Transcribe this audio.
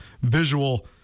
visual